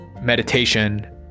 meditation